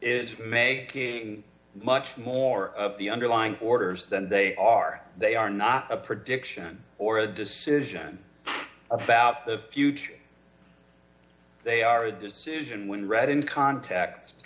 is making much more of the underlying orders than they are they are not a prediction or a decision about the future they are a decision when read in context